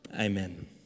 Amen